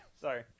sorry